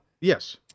Yes